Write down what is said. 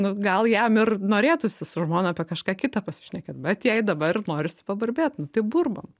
nu gal jam ir norėtųsi su žmona apie kažką kitą pasišnekėt bet jai dabar norisi paburbėt nu tai burbam